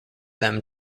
them